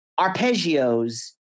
arpeggios